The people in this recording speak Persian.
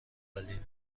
ولین